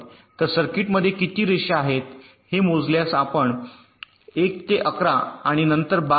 तर सर्किटमध्ये किती रेषा आहेत हे मोजल्यास आपण 1 2 3 4 5 6 7 8 9 10 11 आणि १२